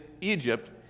Egypt